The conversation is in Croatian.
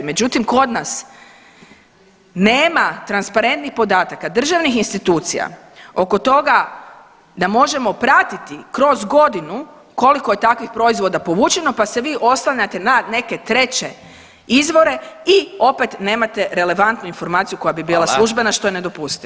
Međutim, kod nas nema transparentnih podataka državnih institucija oko toga da možemo pratiti kroz godinu koliko je takvih proizvoda povučeno pa se vi oslanjate na neke treće izvore i opet nemate relevantnu informaciju koja bi bila službena [[Upadica: Hvala.]] što je nedopustivo.